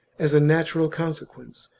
as a natural consequence,